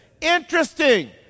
interesting